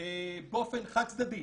באופן חד צדדי,